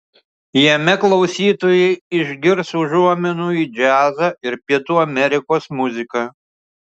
jame klausytojai išgirs užuominų į džiazą ir pietų amerikos muziką